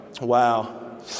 Wow